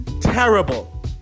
terrible